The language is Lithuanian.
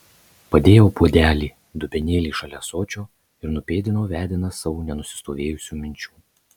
padėjau puodelį dubenėlį šalia ąsočio ir nupėdinau vedinas savo nenusistovėjusių minčių